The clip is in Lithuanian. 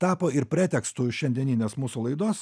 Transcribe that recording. tapo ir pretekstu šiandieninės mūsų laidos